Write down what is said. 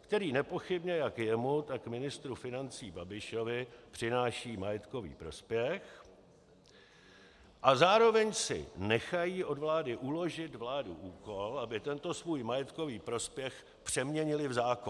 který nepochybně jak jemu, tak ministru financí Babišovi přináší majetkový prospěch, a zároveň si nechají od vlády uložit úkol, aby tento svůj majetkový prospěch přeměnili v zákon.